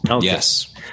Yes